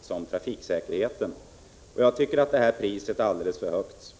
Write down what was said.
som trafiksäkerheten negativt. Jag tycker att det priset är alldeles för högt.